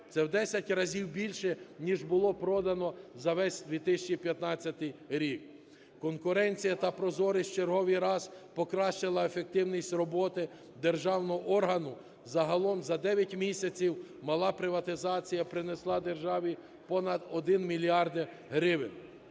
Це в 10 разів більше ніж було продано за весь 2015 рік. Конкуренція та прозорість у черговий раз покращила ефективність роботи державного органу. Загалом за 9 місяців мала приватизація принесла державі понад 1 мільярд гривень.